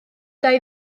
dau